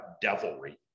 devilry